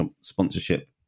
sponsorship